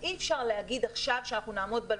לכן אי אפשר להגיד עכשיו שנעמוד בלו"ז,